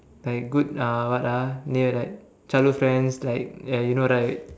like good uh what ah then you like childhood friends like ya you know right